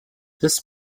this